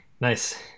Nice